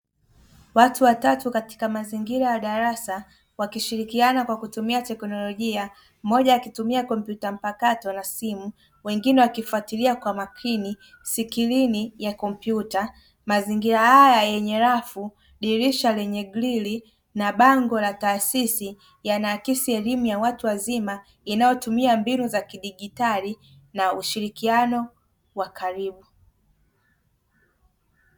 Watu watatu katika mazingira ya darasa, wakishirikia kwa kutumia teknolojia mmoja akitumia kompyuta mpakato na simu wengine wakifuatilia kwa makini sikilini ya kompyuta. Mazingira haya yenye rafu, dirisha lenye drili, na bango la taasisi yanaakisi elimu ya watu wazima inayotumia mbinu za kidigitali na ushirikiano wa karibu.